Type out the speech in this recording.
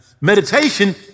Meditation